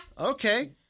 Okay